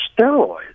steroids